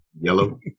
Yellow